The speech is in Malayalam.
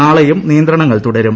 നാളെയും നിയന്തണങ്ങൾ തുടരും